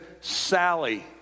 Sally